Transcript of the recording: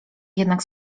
jednak